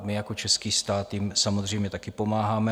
My jako český stát jim samozřejmě také pomáháme.